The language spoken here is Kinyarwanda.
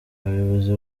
abayobozi